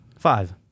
Five